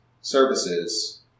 services